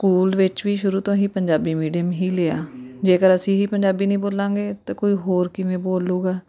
school ਵਿੱਚ ਵੀ ਸ਼ੁਰੂ ਤੋਂ ਹੀ ਪੰਜਾਬੀ ਮੀਡੀਅਮ ਹੀ ਲਿਆ ਜੇਕਰ ਅਸੀਂ ਹੀ ਪੰਜਾਬੀ ਨਹੀਂ ਬੋਲਾਂਗੇ ਤਾਂ ਕੋਈ ਹੋਰ ਕਿਵੇਂ ਬੋਲੂਗਾ